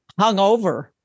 hungover